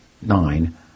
nine